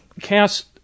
Cass